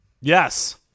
Yes